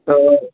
তো